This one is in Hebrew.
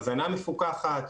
הזנה מפוקחת,